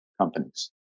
companies